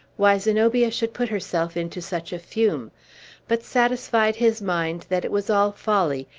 why zenobia should put herself into such a fume but satisfied his mind that it was all folly,